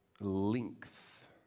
length